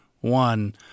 one